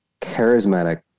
charismatic